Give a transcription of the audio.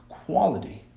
quality